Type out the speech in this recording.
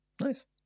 Nice